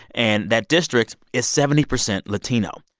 and that district is seventy percent latino.